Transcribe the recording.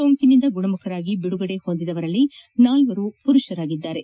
ಸೋಂಕಿನಿಂದ ಗುಣಮುಖರಾಗಿ ಬಿಡುಗಡೆ ಹೊಂದಿದವರಲ್ಲಿ ನಾಲ್ವರು ಪುರುಪರಾಗಿದ್ದಾರೆ